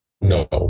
no